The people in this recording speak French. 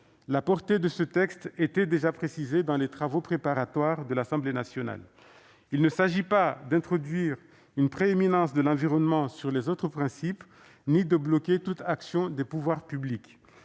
La portée de ce texte était déjà précisée dans les travaux préparatoires de l'Assemblée nationale : il ne s'agit pas d'introduire une prééminence de l'environnement sur les autres principes ni de bloquer toute action des pouvoirs publics.